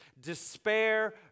Despair